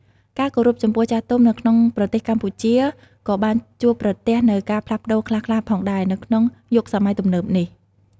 ការគោរពចំពោះចាស់ទុំនៅក្នុងប្រទេសកម្ពុជាក៏បានជួបប្រទះនូវការផ្លាស់ប្តូរខ្លះៗផងដែរ នៅក្នុងយុគសម័យទំនើបនេះ។